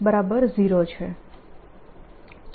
E0 છે